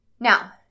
Now